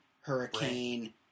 Hurricane